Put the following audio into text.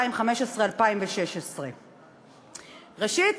2015 2016. ראשית,